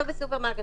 משפט.